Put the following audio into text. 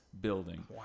building